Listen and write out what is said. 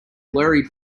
blurry